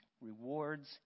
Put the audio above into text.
rewards